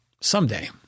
Someday